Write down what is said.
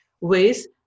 ways